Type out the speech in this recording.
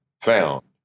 found